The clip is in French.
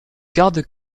garde